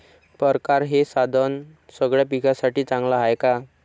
परकारं हे साधन सगळ्या पिकासाठी चांगलं हाये का?